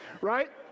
Right